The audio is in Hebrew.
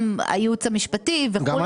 גם הייעוץ המשפטי וכו'.